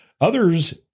Others